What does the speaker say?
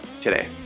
today